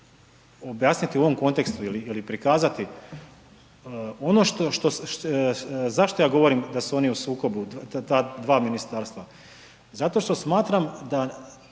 objasniti u ovom kontekstu ili prikazati. Zašto ja govorim da su oni u sukobu ta dva ministarstva? Zato što smatram da